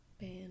band